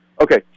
okay